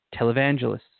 televangelists